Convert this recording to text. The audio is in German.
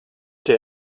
der